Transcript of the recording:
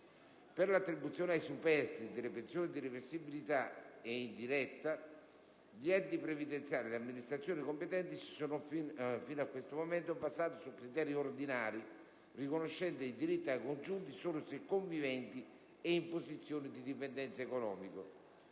Per l'attribuzione ai superstiti delle vittime delle pensioni di reversibilità e indiretta, gli enti previdenziali e le amministrazioni competenti si sono fino a questo momento basati sui criteri ordinari, riconoscendo il diritto ai congiunti solo se conviventi e in posizione di dipendenza economica.